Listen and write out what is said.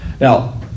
Now